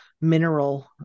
mineral